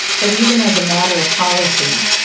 but even as a matter of policy,